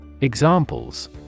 Examples